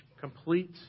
complete